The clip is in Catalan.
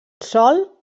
sòl